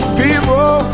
people